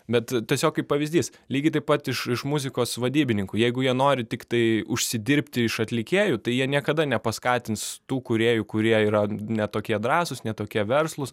bet tiesiog kaip pavyzdys lygiai taip pat iš iš muzikos vadybininkų jeigu jie nori tiktai užsidirbti iš atlikėjų tai jie niekada nepaskatins tų kūrėjų kurie yra ne tokie drąsūs ne tokie verslūs